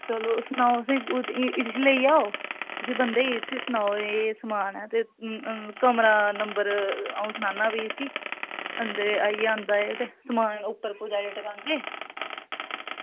चलो सनाओ सेई इसी लेई जाओ इसी बंदे ई इसी सनाओ एह् समान ऐ ते कमरा नंबर अं'ऊ सनानां फ्ही इसी ते आई जंदा एह् ते समान उप्पर कुतै टकाह्गे